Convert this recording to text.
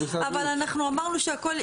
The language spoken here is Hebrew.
אנחנו אמרנו שהכל,